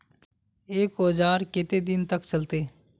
एक औजार केते दिन तक चलते?